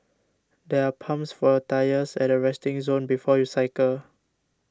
there are pumps for your tyres at the resting zone before you cycle